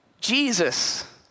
Jesus